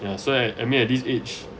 ya so I I mean at this age